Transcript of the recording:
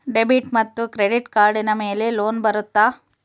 Debit ಮತ್ತು credit ಕಾರ್ಡಿನ ಮೇಲೆ ಲೋನ್ ಬರುತ್ತಾ?